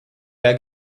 der